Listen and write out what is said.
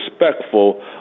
respectful